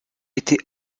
été